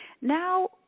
Now